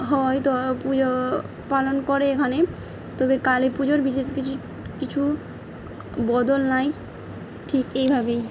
হয় তো পুজো পালন করে এখানে তবে কালী পুজোর বিশেষ কিছু কিছু বদল নাই ঠিক এইভাবেই